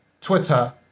twitter